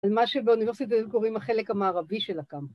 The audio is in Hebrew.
‫על מה שבאוניברסיטת היו קוראים ‫החלק המערבי של הקמפוס.